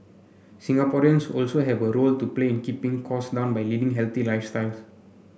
Singaporeans also have a role to play in keeping cost down by leading healthy lifestyles